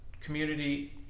community